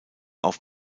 auf